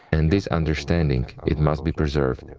and this understanding, it must be preserved,